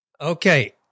Okay